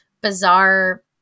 bizarre